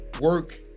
work